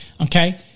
okay